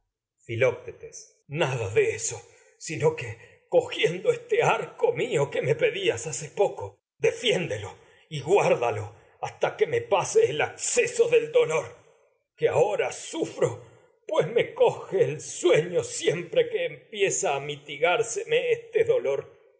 nada eso sino que cogiendo y arco que me pedias pase hace el poco defiéndelo guár ahora dalo hasta que me acceso del dolor que sufro pues me coge el sueño siempre que empieza a mi tigárseme este dolor